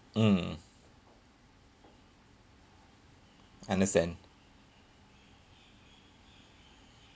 mm understand